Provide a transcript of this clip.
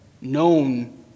known